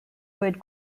would